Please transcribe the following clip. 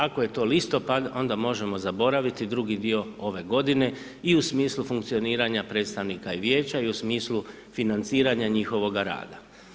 Ako je to listopad onda možemo zaboraviti drugi dio ove godine i u smislu funkcioniranja predstavnika i vijeća i u smislu financiranja njihovoga rada.